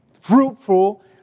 fruitful